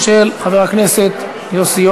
והיא עוברת לדיון בוועדת החוץ והביטחון של הכנסת.